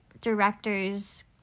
director's